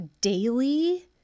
daily